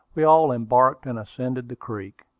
we all embarked, and ascended the creek.